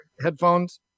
headphones